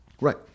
Right